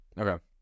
okay